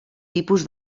tipus